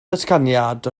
datganiad